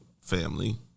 family